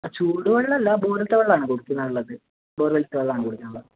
ചൂടുവെളളമല്ല ബോറിലത്തെ വെള്ളമാണ് കുടിക്കുന്ന ഉള്ളത് ബോർവെല്ലിലെത്തെ വെള്ളമാണ് കുടിക്കാനുള്ളത്